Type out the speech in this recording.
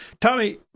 Tommy